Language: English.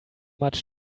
much